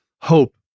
hope